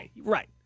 Right